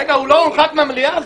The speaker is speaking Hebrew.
רגע, הוא לא הורחק מהמליאה?